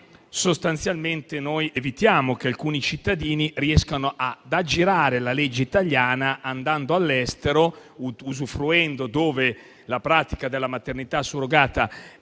sostanzialmente evitiamo che alcuni cittadini riescano ad aggirare la legge italiana, andando all'estero dove la pratica della maternità surrogata